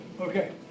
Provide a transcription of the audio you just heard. Okay